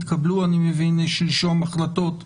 התקבלו, אני מבין, שלשום החלטות שלכם.